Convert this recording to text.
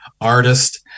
artist